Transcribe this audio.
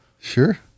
Sure